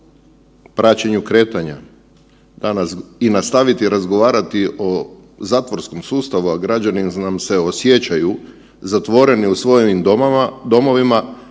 Hvala vam.